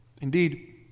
Indeed